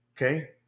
Okay